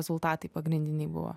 rezultatai pagrindiniai buvo